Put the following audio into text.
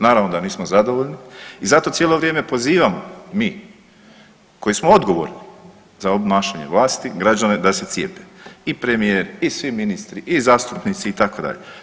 Naravno da nismo zadovoljni i zato cijelo vrijeme pozivamo mi koji smo odgovorni za obnašanje vlasti građane da se cijepe i premijer i svi ministri i zastupnici itd.